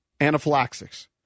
anaphylaxis